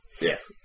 Yes